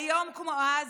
היום, כמו אז,